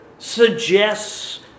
suggests